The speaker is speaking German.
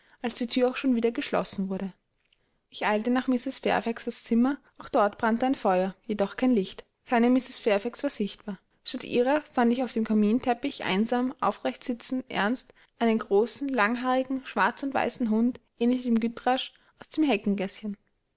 als die thür auch schon wieder geschlossen wurde ich eilte nach mrs fairfaxs zimmer auch dort brannte ein feuer jedoch kein licht keine mrs fairfax war sichtbar statt ihrer fand ich auf dem kaminteppich einsam aufrechtsitzend ernst einen großen langhaarigen schwarz und weißen hund ähnlich dem gytrash aus dem heckengäßchen